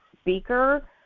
speaker